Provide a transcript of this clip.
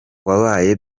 wabaye